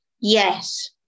Yes